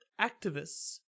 activists